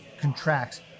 contracts